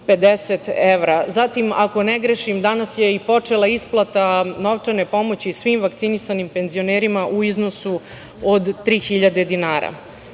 50 evra. Zatim, ako ne grešim, danas je počela i isplata novčane pomoći svim vakcinisanim penzionerima u iznosu od 3.000